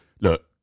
look